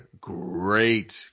great